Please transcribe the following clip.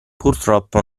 purtroppo